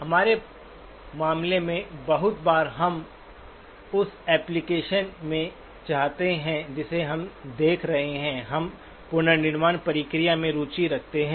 हमारे मामले में बहुत बार हम उस एप्लिकेशन में चाहते हैं जिसे हम देख रहे हैं हम पुनर्निर्माण प्रक्रिया में रुचि रखते हैं